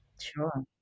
Sure